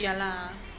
ya lah